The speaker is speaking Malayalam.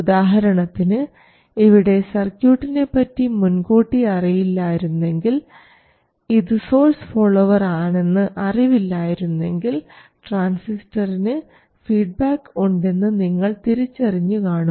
ഉദാഹരണത്തിന് ഇവിടെ സർക്യൂട്ടിനെപ്പറ്റി മുൻകൂട്ടി അറിവില്ലായിരുന്നെങ്കിൽ ഇത് സോഴ്സ് ഫോളോവർ ആണെന്ന് അറിവില്ലായിരുന്നെങ്കിൽ ട്രാൻസിസ്റ്ററിന് ഫീഡ്ബാക്ക് ഉണ്ടെന്ന് നിങ്ങൾ തിരിച്ചറിഞ്ഞു കാണും